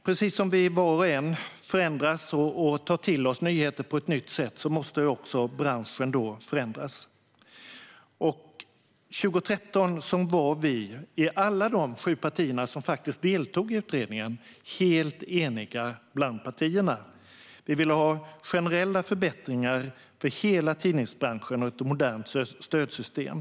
Precis som vi var och en förändras och tar till oss nyheter på ett nytt sätt måste också branschen förändras. Alla vi sju partier som deltog i utredningen var 2013 helt eniga. Vi ville ha generella förbättringar för hela tidningsbranschen och ett modernt stödsystem.